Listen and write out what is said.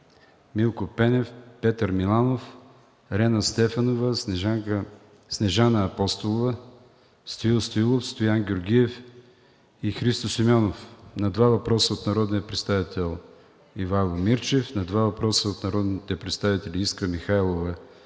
Милко Пенев; Петър Миланов; Рена Стефанова, Снежана Апостолова; Стоил Стоилов; Стоян Георгиев; Христо Симеонов; на два въпроса от народния представител Ивайло Мирчев; на два въпроса от народните представители Искра Михайлова